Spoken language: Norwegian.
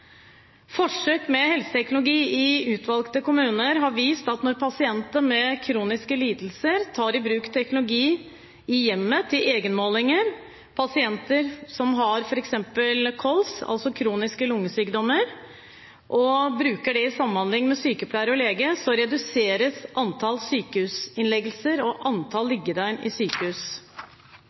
Forsøk med helseteknologi i utvalgte kommuner har vist at når pasienter med kroniske lidelser tar i bruk teknologi i hjemmet til egenmålinger – f.eks. pasienter som har KOLS, altså kroniske lungesykdommer – og bruker det i samhandling med sykepleier og lege, reduseres antall sykehusinnleggelser og antall liggedøgn i sykehus.